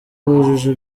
bujuje